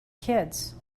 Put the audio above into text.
kids